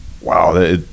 wow